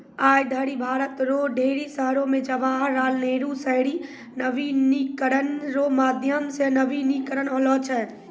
आय धरि भारत रो ढेरी शहरो मे जवाहर लाल नेहरू शहरी नवीनीकरण रो माध्यम से नवीनीकरण होलौ छै